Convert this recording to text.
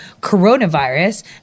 coronavirus